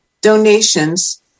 donations